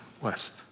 west